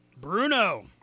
bruno